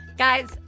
Guys